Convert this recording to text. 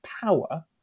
power